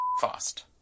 fast